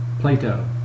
Plato